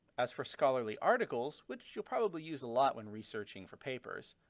as for scholarly articles, which you'll probably use a lot when researching for papers,